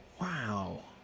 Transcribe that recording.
Wow